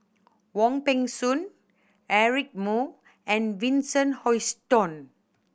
Wong Peng Soon Eric Moo and Vincent Hoisington